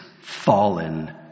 fallen